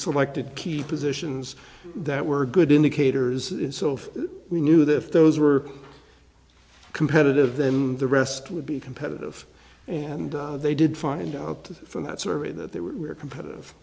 selected key positions that were good indicators itself we knew that if those were competitive then the rest would be competitive and they did find out from that survey that they were competitive